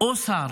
או שר